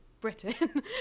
Britain